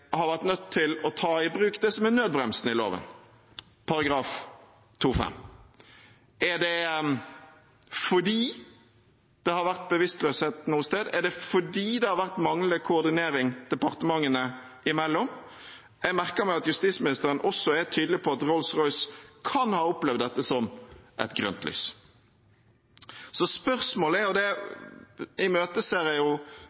har vært nødt til å ta i bruk det som er nødbremsen i loven, § 2-5. Er det fordi det har vært bevisstløshet noe sted? Er det fordi det har vært manglende koordinering departementene imellom? Jeg merker meg at justisministeren også er tydelig på at Rolls-Royce kan ha opplevd dette som et grønt lys. Spørsmålet er jo, som jeg